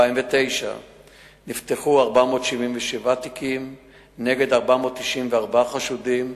בשנת 2009 נפתחו 477 תיקים כנגד 494 חשודים,